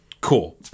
cool